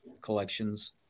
collections